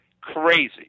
crazy